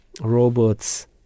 robots